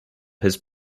his